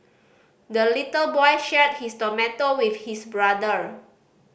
the little boy shared his tomato with his brother